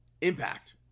impact